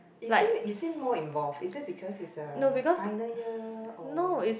he seem he seem more involve is it because he's a final year or